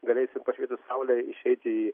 galėsim pašvietus saulei išeiti į